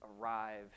arrive